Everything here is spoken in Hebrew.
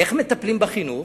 איך מטפלים בחינוך?